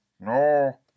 no